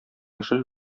яшел